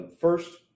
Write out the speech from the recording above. First